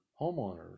homeowners